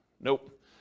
Nope